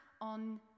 on